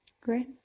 great